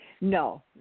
No